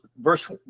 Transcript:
verse